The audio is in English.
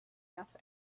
nothing